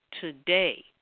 today